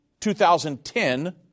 2010